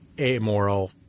amoral